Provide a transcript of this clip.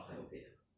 还 okay ah